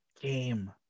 game